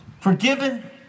forgiven